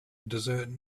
desert